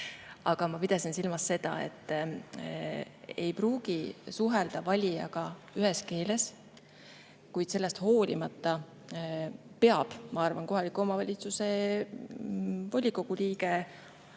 Aga ma pidasin silmas seda, et [volikogu liige] ei pruugi suhelda valijaga [samas] keeles, kuid sellest hoolimata peab, ma arvan, kohaliku omavalitsuse volikogu liige